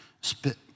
spit